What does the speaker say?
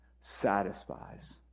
satisfies